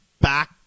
back